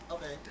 Okay